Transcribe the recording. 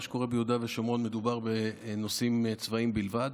שקורה ביהודה ושומרון מדובר בנושאים צבאיים בלבד.